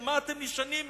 על מה אתם נשענים?